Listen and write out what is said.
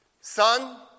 Son